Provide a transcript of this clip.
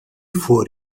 for